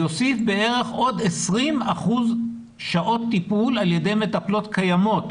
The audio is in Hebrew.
זה יוסיף בערך עוד 20 אחוזים שעות טיפול על ידי מטפלות קיימות.